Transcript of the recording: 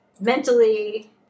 mentally